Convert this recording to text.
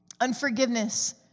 unforgiveness